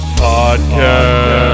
podcast